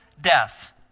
death